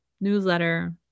newsletter